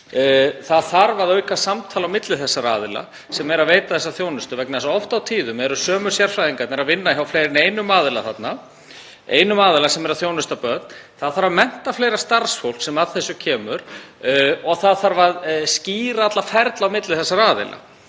Það þarf að auka samtal á milli þeirra aðila sem veita þessa þjónustu vegna þess að oft og tíðum eru sömu sérfræðingarnir að vinna hjá fleiri en einum aðila sem þjónustar börn. Það þarf að mennta fleira starfsfólk sem að þessu kemur og það þarf að skýra alla ferla á milli þessara aðila.